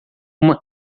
uma